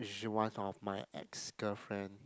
which is one of my ex girlfriend